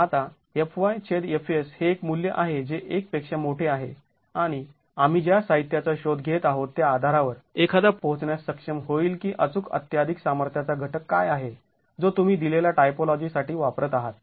आता FyFs हे एक मूल्य आहे जे १ पेक्षा मोठे आहे आणि आम्ही ज्या साहित्याचा शोध घेत आहोत त्या आधारावर एखादा पोहोचण्यास सक्षम होईल की अचूक अत्त्याधिक सामर्थ्याचा घटक काय आहे जो तुम्ही दिलेल्या टाइपोलॉजी साठी वापरत आहात